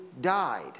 died